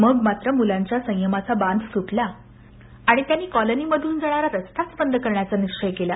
मग मात्र मुलांच्या संयमाचा बांध सुटला आणि त्यांनी कॉलनीमधून जाणारा रस्ता बंदच करण्याचा निश्चय केला